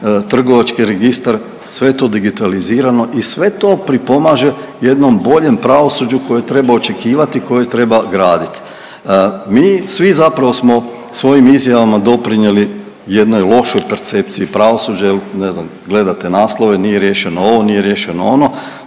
trgovački registar, sve je to digitalizirano i sve to pripomaže jednom boljem pravosuđu koje treba očekivati i koje treba gradit. Mi svi zapravo smo svojim izjavama doprinjeli jednoj lošoj percepciji pravosuđa jel ne znam gledate naslove nije riješeno ovo, nije riješeno ono,